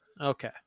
Okay